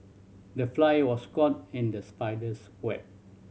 the fly was caught in the spider's web